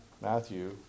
Matthew